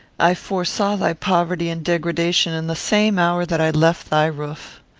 i foresaw thy poverty and degradation in the same hour that i left thy roof.